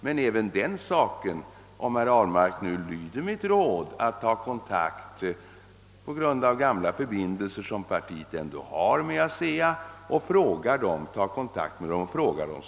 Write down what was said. Men även den saken kan herr Ahlmark få upplysning om, ifall herr Ablmark lyder mitt råd att utnyttja de gamla förbindelser som folkpartiet har med ASEA för att ta kontakt med företaget.